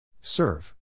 Serve